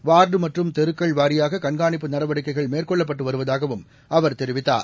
ward மற்றும் தெருக்கள் வாரியாக கண்காணிப்பு நடவடிக்ககைகள் மேற்கொள்ளப்பட்டு வருவதாகவும் அவர் தெரிவித்தாா